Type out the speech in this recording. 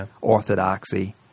orthodoxy